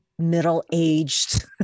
middle-aged